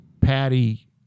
Patty